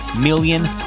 million